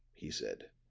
he said.